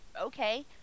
okay